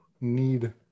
need